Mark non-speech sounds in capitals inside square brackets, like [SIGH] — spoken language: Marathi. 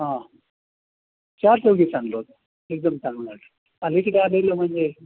हां चारचौघी चांगलं होतं एकदम चांगलं नाटक [UNINTELLIGIBLE] म्हणजे